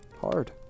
hard